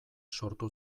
sortu